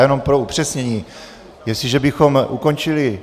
Jenom pro upřesnění, jestliže bychom ukončili...